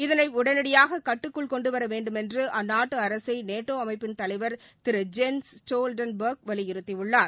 இதனை உடனடியாக கட்டுக்குள் கொண்டுவர வேண்டுமென்று அந்நாட்டு அரசை நேட்டோ அமைப்பின் தலைவர் திரு ஜென்ஸ் ஸ்டோல்டன்பெர்க் வலியுறுத்தியுள்ளார்